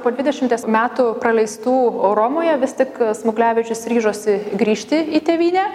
po dvidešimties metų praleistų romoje vis tik smuglevičius ryžosi grįžti į tėvynę